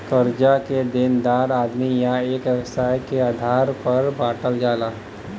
कर्जा के देनदार आदमी या एक व्यवसाय के आधार पर बांटल जाला